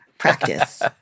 practice